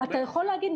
אתה יכול להגיד,